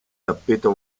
tappeto